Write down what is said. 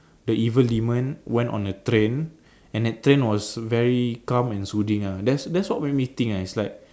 the evil demon went on a train and the train was very calm and soothing ah that's that's what make me think lah it's like